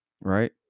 Right